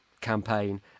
campaign